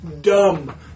dumb